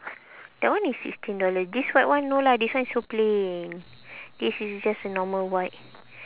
that one is sixteen dollar this white one no lah this one so plain this is just a normal white